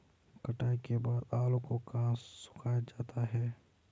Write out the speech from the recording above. कटाई के बाद आलू को कहाँ सुखाया जाता है?